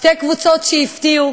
שתי קבוצות שהפתיעו